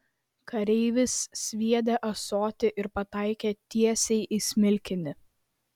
kareivis sviedė ąsotį ir pataikė tiesiai į smilkinį